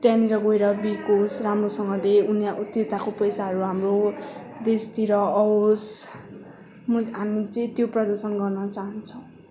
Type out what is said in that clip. त्यहाँनिर गएर बिकोस् राम्रोसँगले उना त्यताको पैसाहरू हाम्रो देशतिर आवोस् म हामी चाहिँ त्यो प्रदर्शन गर्न चाहन्छौँ